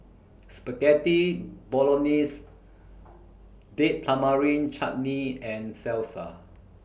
Spaghetti Bolognese Date Tamarind Chutney and Salsa